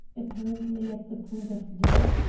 apparently at the point of death,